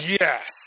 Yes